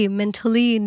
mentally